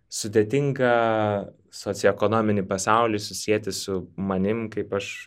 sudėtingą socioekonominį pasaulį susieti su manim kaip aš